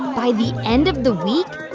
by the end of the week,